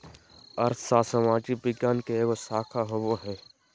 अर्थशास्त्र सामाजिक विज्ञान के एगो शाखा होबो हइ